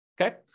Okay